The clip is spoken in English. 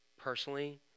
personally